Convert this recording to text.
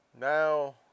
Now